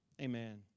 amen